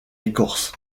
écorce